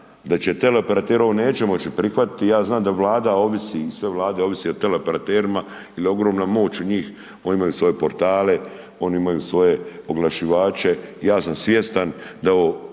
da će teleoperateri, ovo neće moći prihvatiti i ja znam da Vlada ovisi, sve vlade ovise o teleoperaterima jer je ogromna moć u njih, onim imaju svoje portale, oni imaju svoje oglašivače, ja sam svjestan da je